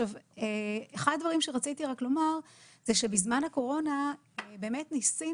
אחד הדברים שרציתי לומר שבזמן הקורונה ניסינו